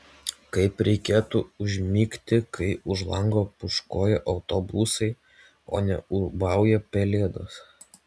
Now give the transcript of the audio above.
kaip reikėtų užmigti kai už lango pūškuoja autobusai o ne ūbauja pelėdos